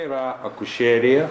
yra akušerija